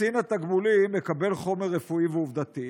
קצין התגמולים מקבל חומר רפואי ועובדתי,